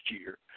year